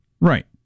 Right